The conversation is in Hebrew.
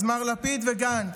אז מר לפיד וגנץ,